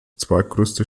zweitgrößte